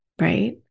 right